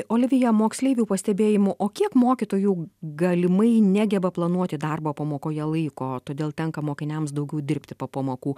olivija moksleivių pastebėjimu o kiek mokytojų galimai negeba planuoti darbo pamokoje laiko todėl tenka mokiniams daugiau dirbti po pamokų